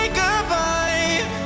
goodbye